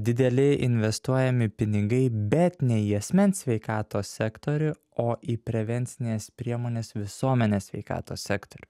dideli investuojami pinigai bet ne į asmens sveikatos sektorių o į prevencines priemones visuomenės sveikatos sektorių